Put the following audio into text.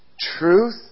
Truth